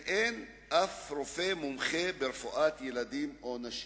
ואין אף רופא מומחה ברפואת ילדים או נשים.